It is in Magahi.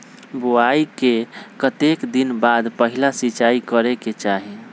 बोआई के कतेक दिन बाद पहिला सिंचाई करे के चाही?